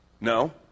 No